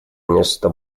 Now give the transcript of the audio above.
нечто